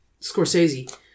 Scorsese